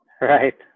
right